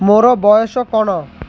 ମୋର ବୟସ କ'ଣ